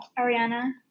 Ariana